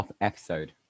episode